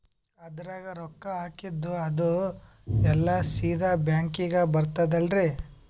ಅದ್ರಗ ರೊಕ್ಕ ಹಾಕಿದ್ದು ಅದು ಎಲ್ಲಾ ಸೀದಾ ಬ್ಯಾಂಕಿಗಿ ಬರ್ತದಲ್ರಿ?